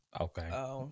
Okay